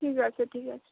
ঠিক আছে ঠিক আছে